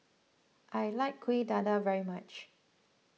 I like Kuih Dadar very much